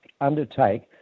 undertake